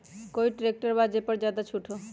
कोइ ट्रैक्टर बा जे पर ज्यादा छूट हो?